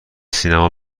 سینما